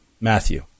Matthew